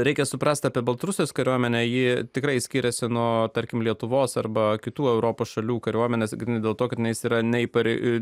reikia suprasti apie baltarusijos kariuomenę ji tikrai skiriasi nuo tarkim lietuvos arba kitų europos šalių kariuomenės grynai dėl to kad tenais yra neįpareigota